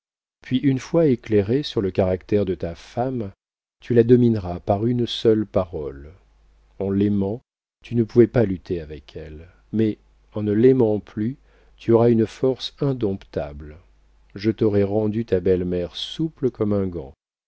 puis une fois éclairé sur le caractère de ta femme tu la domineras par une seule parole en l'aimant tu ne pouvais pas lutter avec elle mais en ne l'aimant plus tu auras une force indomptable je t'aurai rendu ta belle-mère souple comme un gant